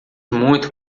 muito